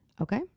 Okay